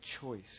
choice